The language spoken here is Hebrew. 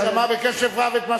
הוא שמע בקשב רב את מה